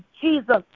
Jesus